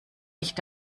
nicht